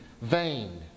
vain